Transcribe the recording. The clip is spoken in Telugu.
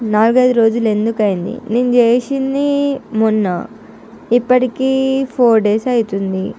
నాలుగు అయిదు రోజులు ఎందుకు అయింది నేను చేసింది మొన్న ఇప్పటికీ ఫోర్ డేస్ అవుతుంది